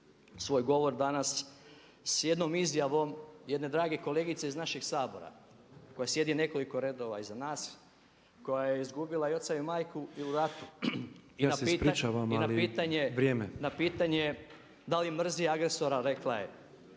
svoj govor danas s jednom izjavom jedne drage kolegice iz našeg Sabora koja sjedi nekoliko redova iza nas, koja je izgubila i oca i majku i u ratu. **Petrov, Božo (MOST)** Ja se